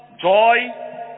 Joy